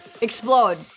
explode